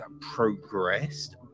progressed